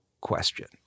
question